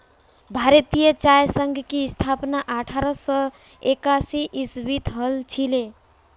भारतीय चाय संघ की स्थापना अठारह सौ एकासी ईसवीत हल छिले